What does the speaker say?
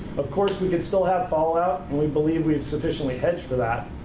of course, we can still have fallout, and we believe we've sufficiently hedged for that.